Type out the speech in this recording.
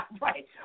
Right